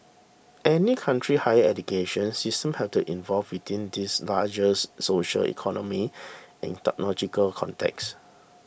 any country's higher education system has to involve within these social economy and technological contexts